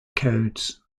codes